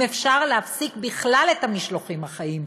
אם אפשר, להפסיק בכלל את המשלוחים החיים.